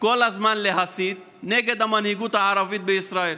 כל הזמן להסית נגד המנהיגות הערבית בישראל.